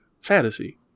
fantasy